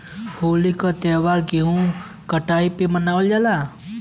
होली क त्यौहार गेंहू कटाई पे मनावल जाला